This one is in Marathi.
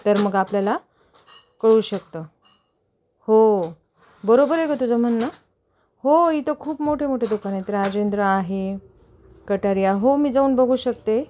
तर मग आपल्याला कळू शकतं हो बरोबर आहे गं तुझं म्हणणं हो इथं खूप मोठे मोठे दुकान आहेत राजेंद्र आहे कटारीया हो मी जाऊन बघू शकते